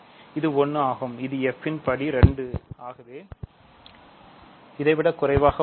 இது 1 ஆகும் இது f இன் படி 2 ஆகவே இதைவிட விட குறைவாக உள்ளது